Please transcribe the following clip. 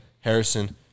Harrison